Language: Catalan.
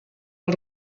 els